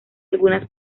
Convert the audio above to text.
algunas